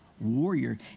warrior